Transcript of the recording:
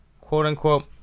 quote-unquote